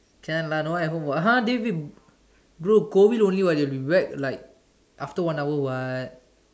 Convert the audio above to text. can lah no one at home [what] !huh! they'll be go go only [what] they'll be back after like one hour [what]